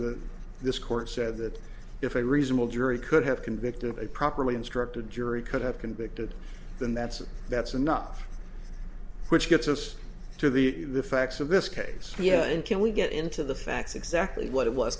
that this court said that if a reasonable jury could have convicted a properly instructed jury could have convicted then that's it that's enough which gets us to the the facts of this case yeah and can we get into the facts exactly what it was